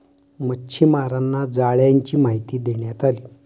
मच्छीमारांना जाळ्यांची माहिती देण्यात आली